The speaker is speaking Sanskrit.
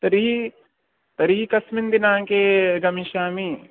तर्हि तर्हि कस्मिन् दिनाङ्के गमिष्यामि